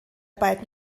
beiden